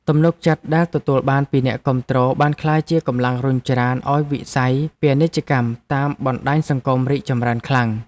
ទំនុកចិត្តដែលទទួលបានពីអ្នកគាំទ្របានក្លាយជាកម្លាំងរុញច្រានឱ្យវិស័យពាណិជ្ជកម្មតាមបណ្តាញសង្គមរីកចម្រើនខ្លាំង។